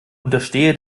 unterstehe